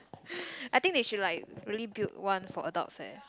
I think they should like really build one for adults leh